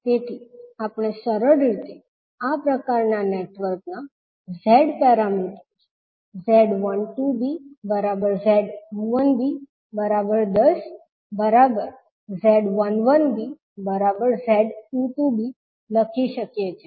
તેથી આપણે સરળ રીતે આ પ્રકારના નેટવર્કનાં Z પેરામીટર્સ Z12bZ21b10Z11bZ22b લખી શકીએ છીએ